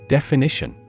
Definition